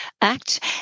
Act